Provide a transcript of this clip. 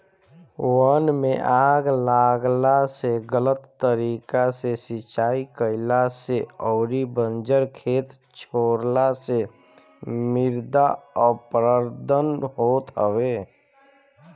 वन में आग लागला से, गलत तरीका से सिंचाई कईला से अउरी बंजर खेत छोड़ला से मृदा अपरदन होत हवे